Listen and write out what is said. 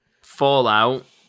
Fallout